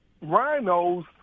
rhinos